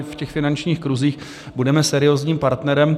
Ve finančních kruzích budeme seriózním partnerem.